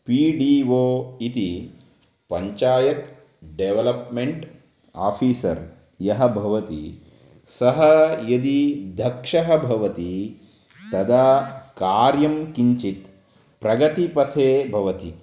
P D O इति panchayat development officer यः भवति सः यदि दक्षः भवति तदा कार्यं किञ्चित् प्रगतिपथे भवति